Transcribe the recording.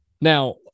Now